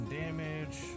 damage